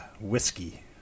whiskey